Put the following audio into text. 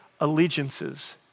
allegiances